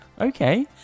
okay